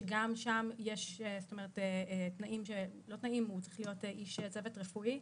שגם שם הוא צריך להיות איש צוות רפואי,